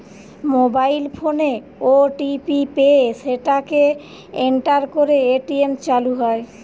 mobile ফোনে OTP পেয়ে সেটাকে এন্টার করে এ.টি.এম চালু হয়